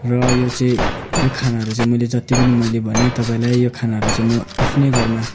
र यो चाहिँ यो खानाहरू चाहिँ मैले जत्ति पनि मैले भनेँ तपाईँलाई यो खानाहरू चाहिँ म आफ्नै घरमा